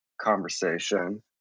conversation